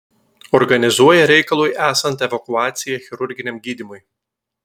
organizuoja reikalui esant evakuaciją chirurginiam gydymui